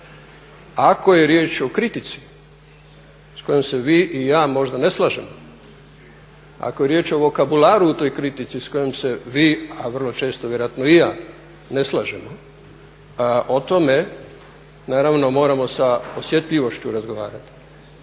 Ako je riječ o kritici s kojom se vi i ja možda ne slažemo, ako je riječ o vokabularu u toj kritici s kojom se vi, a vrlo često vjerojatno i ja ne slažemo o tome naravno moramo sa osjetljivošću razgovarati.